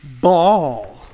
ball